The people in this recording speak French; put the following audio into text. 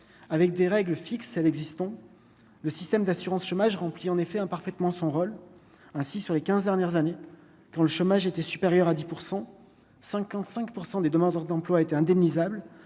avec des règles fixes celles existant, le système d'assurance chômage remplit en effet hein parfaitement son rôle, ainsi, sur les 15 dernières années, quand le chômage était supérieure à 10 % 55 % des demandeurs d'emploi étaient indemnisable